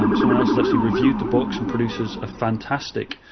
um someone else has actually reviewed the books and produces a fantastic,